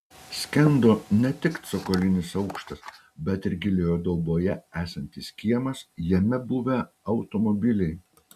skendo ne tik cokolinis aukštas bet ir gilioje dauboje esantis kiemas jame buvę automobiliai